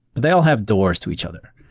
they all have doors to each other.